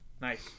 Nice